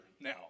now